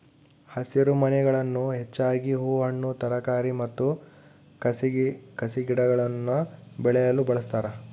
ಹಸಿರುಮನೆಗಳನ್ನು ಹೆಚ್ಚಾಗಿ ಹೂ ಹಣ್ಣು ತರಕಾರಿ ಮತ್ತು ಕಸಿಗಿಡಗುಳ್ನ ಬೆಳೆಯಲು ಬಳಸ್ತಾರ